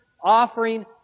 offering